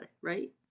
Right